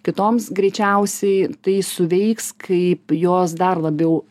kitoms greičiausiai tai suveiks kaip jos dar labiau